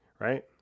right